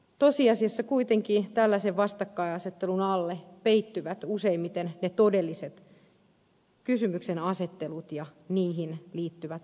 tosiasiassa kuitenkin tällaisen vastakkainasettelun alle peittyvät useimmiten ne todelliset kysymyksenasettelut ja niihin liittyvät vastaukset